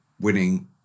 winning